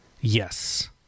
Yes